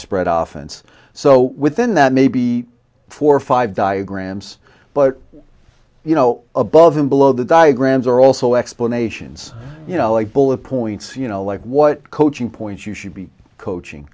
spread off and so within that maybe four or five diagrams but you know above and below the diagrams are also explanations you know like bullet points you know like what coaching points you should be coaching